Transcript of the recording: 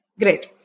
great